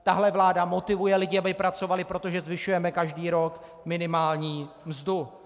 Tahle vláda motivuje lidi, aby pracovali, protože zvyšujeme každý rok minimální mzdu.